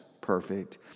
perfect